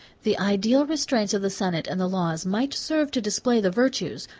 the ideal restraints of the senate and the laws might serve to display the virtues,